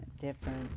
different